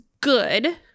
good